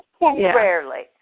Rarely